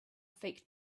faked